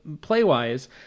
play-wise